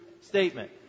statement